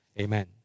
amen